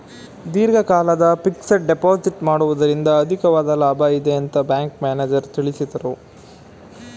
ದೀರ್ಘಕಾಲದ fixed deposit ಮಾಡುವುದರಿಂದ ಅಧಿಕವಾದ ಲಾಭ ಇದೆ ಅಂತ ಬ್ಯಾಂಕ್ ಮ್ಯಾನೇಜರ್ ತಿಳಿಸಿದರು